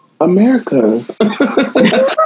America